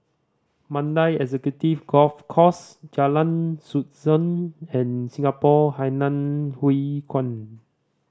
Mandai Executive Golf Course Jalan Susan and Singapore Hainan Hwee Kuan